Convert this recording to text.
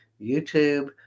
YouTube